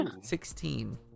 Sixteen